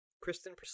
Kristen